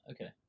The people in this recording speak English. okay